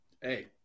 Hey